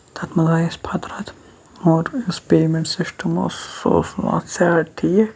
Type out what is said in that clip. تَتھ منٛز آے اَسہِ فطرت اور یُس پیمٮ۪نٛٹ سِسٹَم اوس سُہ اوس نہٕ اَتھ زیادٕ ٹھیٖک